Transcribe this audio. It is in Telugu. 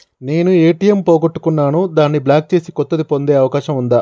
నేను ఏ.టి.ఎం పోగొట్టుకున్నాను దాన్ని బ్లాక్ చేసి కొత్తది పొందే అవకాశం ఉందా?